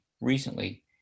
recently